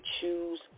choose